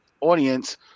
audience